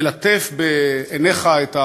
מלטף בעיניך את המליאה,